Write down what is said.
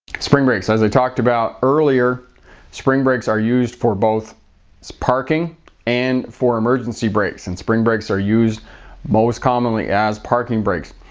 spring brakes, as i talked about earlier spring brakes are used for both parking and for emergency brakes. and spring brakes are used most commonly as parking brakes.